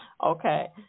Okay